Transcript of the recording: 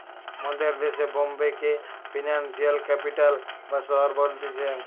মোদের দেশে বোম্বে কে ফিনান্সিয়াল ক্যাপিটাল বা শহর বলতিছে